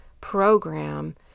program